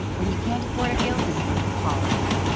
when you can't afford a guilty, call us.